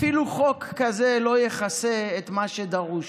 אפילו חוק כזה לא יכסה את מה שדרוש.